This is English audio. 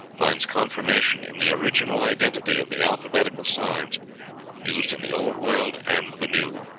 finds confirmation in the original identity of the alphabetical signs used in the old world and the new